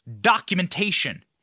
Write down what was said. documentation